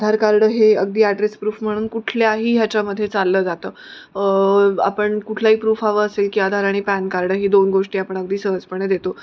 आधार card हे अगदी address proof म्हणून कुठल्याही ह्याच्यामध्ये चाललं जातं आपण कुठलाही प्रूफ हवं असेल की आधार आणि पॅन कार्ड ही दोन गोष्टी आपण अगदी सहजपणे देतो